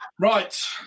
Right